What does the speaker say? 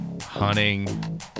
hunting